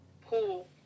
pool